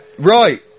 Right